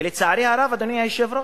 ולצערי הרב, אדוני היושב-ראש,